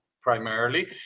primarily